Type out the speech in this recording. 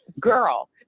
girl